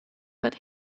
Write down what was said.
but